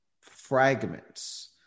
fragments